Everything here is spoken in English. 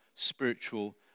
spiritual